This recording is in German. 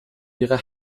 ihre